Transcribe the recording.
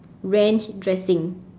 ranch dressing